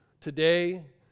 Today